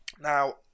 Now